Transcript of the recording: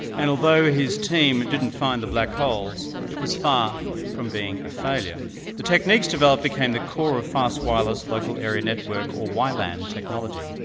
and although his team didn't find the black holes, it was far from being a failure the techniques developed became the core of fast wireless local area network, or wi-lan technology,